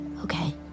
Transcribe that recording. Okay